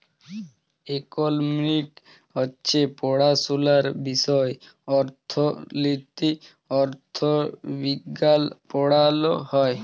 economics হছে পড়াশুলার বিষয় অথ্থলিতি, অথ্থবিজ্ঞাল পড়াল হ্যয়